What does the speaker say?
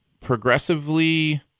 progressively